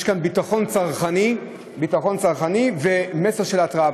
יש כאן ביטחון צרכני ומסר של הרתעה.